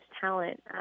talent